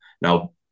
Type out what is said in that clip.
Now